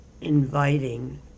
inviting